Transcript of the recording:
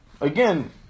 again